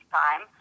time